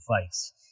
device